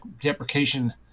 deprecation